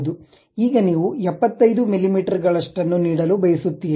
ಈಗ ನೀವು 75 ಮಿಲಿಮೀಟರ್ಗಳಷ್ಟನ್ನು ನೀಡಲು ಬಯಸುತ್ತೀರಿ